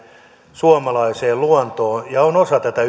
suomalaiseen luontoon ja on osa tätä